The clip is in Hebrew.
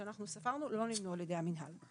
שאנחנו ספרנו, לא נמנו על ידי המנהל.